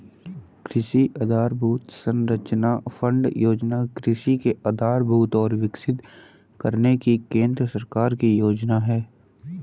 कृषि आधरभूत संरचना फण्ड योजना कृषि के आधारभूत को विकसित करने की केंद्र सरकार की योजना है